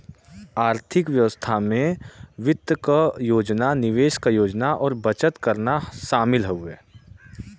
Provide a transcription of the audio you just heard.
आर्थिक व्यवस्था में वित्त क योजना निवेश क योजना और बचत करना शामिल हउवे